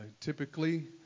Typically